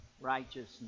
righteousness